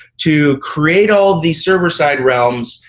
to create all these server-side realms,